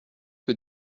que